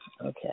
Okay